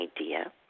idea